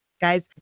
guys